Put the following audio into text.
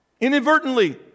Inadvertently